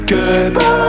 Goodbye